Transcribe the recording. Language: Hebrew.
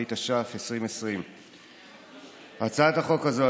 התש"ף 2020. הצעת החוק הזו,